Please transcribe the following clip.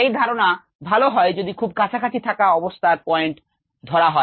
এই ধারণা ভাল হয় যদি খুব কাছাকাছি থাকা অবস্থার পয়েন্ট ধরা হয়